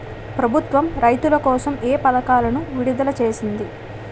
ప్రభుత్వం రైతుల కోసం ఏ పథకాలను విడుదల చేసింది?